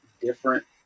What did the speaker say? different